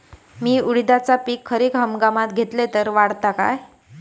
मी उडीदाचा पीक खरीप हंगामात घेतलय तर वाढात काय?